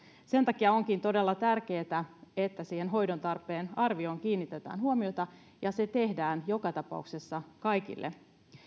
sen takia onkin todella tärkeätä että siihen hoidon tarpeen arvioon kiinnitetään huomiota ja se tehdään joka tapauksessa kaikille